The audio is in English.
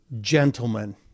Gentlemen